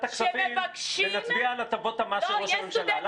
הכספים ונצביע על הטבות המס של ראש הממשלה.